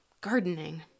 gardening